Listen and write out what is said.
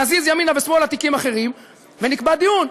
נזיז ימינה ושמאלה תיקים אחרים ונקבע דיון,